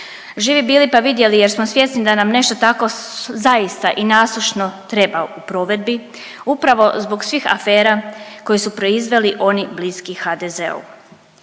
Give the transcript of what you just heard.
Živi bili pa vidjeli jer smo svjesni da nam nešto tako zaista i nasušno treba u provedbi upravo zbog svih afera koje su proizveli oni bliski HDZ-u.